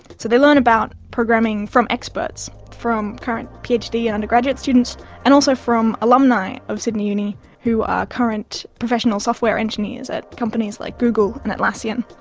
so they learn about programming from experts, from current phd undergraduate students and also from alumni of sydney uni who are current professional software engineers at companies like google and atlassian.